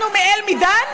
איזה חוק יש?